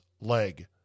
leg